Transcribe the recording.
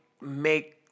make